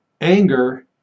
Anger